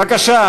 בבקשה,